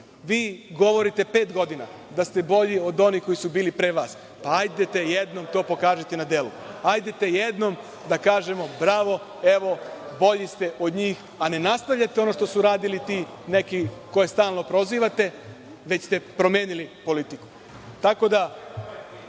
govorite pet godina da ste bolji od onih koji su bili pre vas. Pa, hajdete jednom to pokažite na delu. Hajde jednom da kažemo – bravo, evo, bolji ste od njih, a ne nastavljate ono što su radili ti neki koje stalno prozivate, već ste promenili politiku. Tako